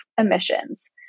emissions